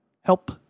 Help